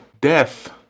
death